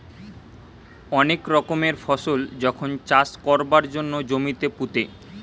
অনেক রকমের ফসল যখন চাষ কোরবার জন্যে জমিতে পুঁতে